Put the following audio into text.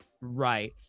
right